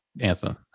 anthem